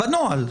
בנוהל?